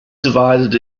divided